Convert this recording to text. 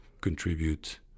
contribute